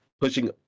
pushing